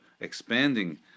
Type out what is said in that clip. expanding